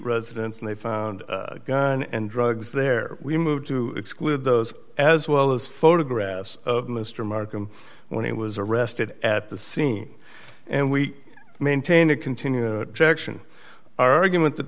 residence and they found gun and drugs there we moved to exclude those as well as photographs of mr markham when he was arrested at the scene and we maintain a continued jackson argument